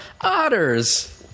Otters